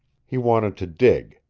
he wanted to dig.